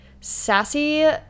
sassy